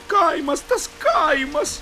kaimas tas kaimas